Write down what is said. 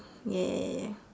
ya ya ya ya ya